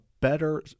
better